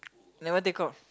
never take off